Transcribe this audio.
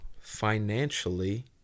financially